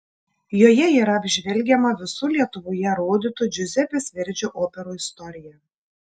joje yra apžvelgiama visų lietuvoje rodytų džiuzepės verdžio operų istorija